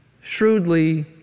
Shrewdly